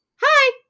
Hi